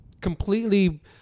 completely